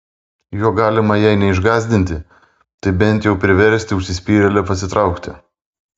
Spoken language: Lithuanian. juo galima jei neišgąsdinti tai bent jau priversti užsispyrėlę pasitraukti